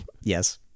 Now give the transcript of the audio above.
Yes